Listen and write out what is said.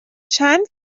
چند